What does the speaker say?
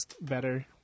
better